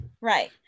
right